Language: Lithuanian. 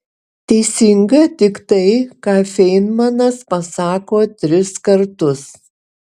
teisinga tik tai ką feinmanas pasako tris kartus